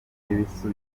n’ibisubizo